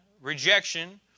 rejection